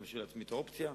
אני משאיר לעצמי את האופציה.